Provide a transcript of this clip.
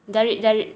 dari dari